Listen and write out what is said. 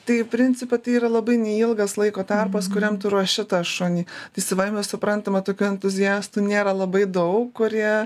tai principe tai yra labai neilgas laiko tarpas kuriam tu ruoši tą šunį tai savaime suprantama tokių entuziastų nėra labai daug kurie